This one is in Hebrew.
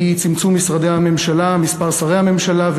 צמצום מספר משרדי הממשלה,